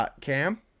Cam